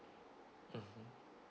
mm